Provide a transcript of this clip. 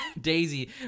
daisy